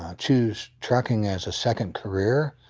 ah choose trucking as a second career.